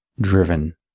driven